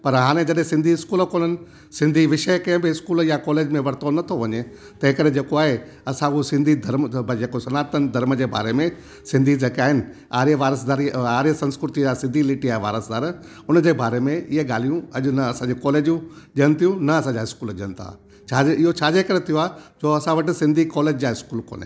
पर हाणे जॾहिं सिंधी स्कूल कोन्हनि सिंधी विषय कंहिं बि इस्कूल या कॉलेज में वरितो नथो वञे तंहिं करे जेको आहे असां उहो सिंधी धर्म बई जेको सनातन धर्म जे बारे में सिंधी जेके आहिनि आर्यवारस्दारी आर्य संस्क्रुति जा सिंधी लीटिया वारासदार हुनजे बारे में ईअ ॻाल्हियूं अॼ न असांजे कॉलेजियूं ॾियनि थियूं न असांजा स्कूल ॾेयनि था छाजे इयो छाजे करे थियो आहे छो असां वटि सिंधी कॉलेज जा स्कूल कोन्हे को